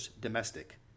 domestic